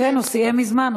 כן, הוא סיים מזמן.